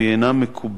והיא אינה מקובלת,